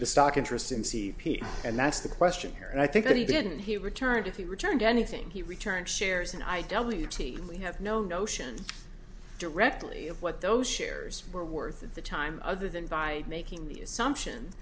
the stock interesting to see and that's the question here and i think that he didn't he returned if he returned anything he returned shares and i don't leave we have no notion directly of what those shares were worth at the time other than by making the assumption